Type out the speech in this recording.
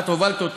את הובלת אותו,